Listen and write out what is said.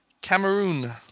Cameroon